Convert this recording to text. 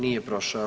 Nije prošao.